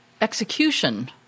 execution